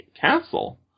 castle